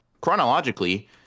chronologically